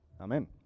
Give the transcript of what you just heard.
Amen